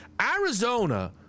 Arizona